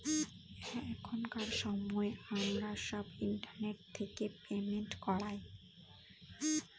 এখনকার সময় আমরা সব ইন্টারনেট থেকে পেমেন্ট করায়